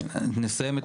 כן, נסיים את הסבב.